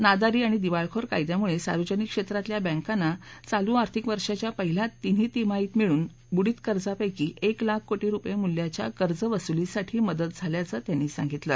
नादारी आणि दिवाळखोर कायद्यामुळे सार्वजनिक क्षेत्रातल्या बँकांना चालू आर्थिक वर्षाच्या पहिल्या तिन्ही तिमाहित मिळून बुडित कर्जपैकी एक लाख कोटी रूपये मूल्याच्या कर्जवसुलीसाठी मदत झाल्याचं त्यांनी सांगितलं